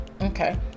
Okay